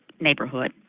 neighborhood